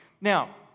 Now